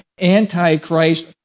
Antichrist